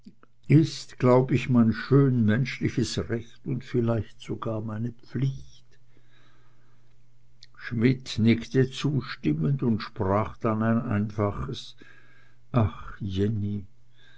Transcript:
ist glaub ich mein schön menschliches recht und vielleicht sogar meine pflicht schmidt nickte zustimmend und sprach dann ein einfaches ach jenny